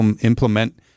implement